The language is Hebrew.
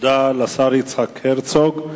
תודה לשר יצחק הרצוג.